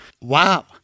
Wow